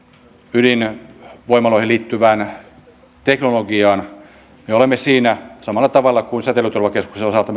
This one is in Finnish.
ydinvoimaloihin liittyvään teknologiaan me olemme siinä samalla tavalla kuin säteilyturvakeskuksen osalta